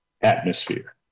atmosphere